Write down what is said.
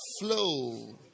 flow